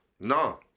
No